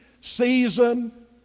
season